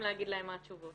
--- מה התשובות.